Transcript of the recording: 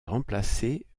remplacés